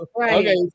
Okay